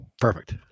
Perfect